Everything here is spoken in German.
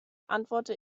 antworte